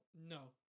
no